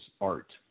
art